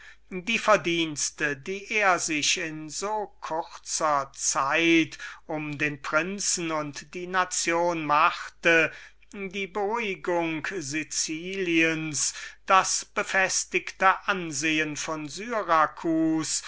die verdienste die er sich in so kurzer zeit um den prinzen sowohl als die nation machte die beruhigung siciliens das befestigte ansehen von